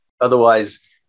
Otherwise